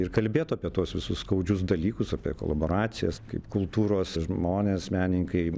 ir kalbėt apie tuos visus skaudžius dalykus apie kolaboracijas kaip kultūros žmonės menininkai